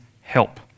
help